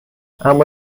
اما